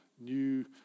new